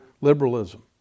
liberalism